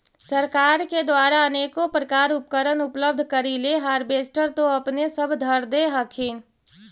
सरकार के द्वारा अनेको प्रकार उपकरण उपलब्ध करिले हारबेसटर तो अपने सब धरदे हखिन?